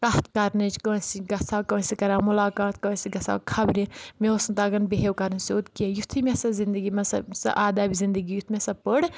کَتھ کَرنٕچ کٲنٛسہِ گژھہا کٲنٛسہِ کَرہا مُلاقات کٲنٛسہِ گژھہا خَبرِ مےٚ اوس نہٕ تَگان بِہیو کَرٕنۍ سیٚود کینٛہہ یُتھُے مےٚ سۄ زِندَگی منٛز سۄ آدابِ زندگی یُتھ مےٚ سۄ پٔر